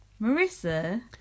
Marissa